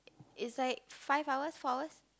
it's like five hours four hours